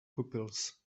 pupils